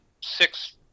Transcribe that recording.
six